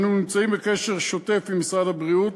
אנו נמצאים בקשר שוטף עם משרד הבריאות.